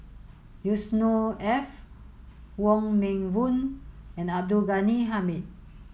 Yusnor Ef Wong Meng Voon and Abdul Ghani Hamid